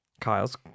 Kyle's